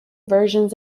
versions